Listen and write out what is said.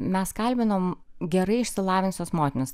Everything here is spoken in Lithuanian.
mes kalbinom gerai išsilavinusias motinas